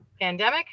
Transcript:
pandemic